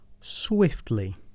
swiftly